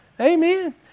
Amen